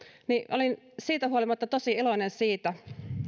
olin siitä huolimatta tosi iloinen siitä